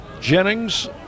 Jennings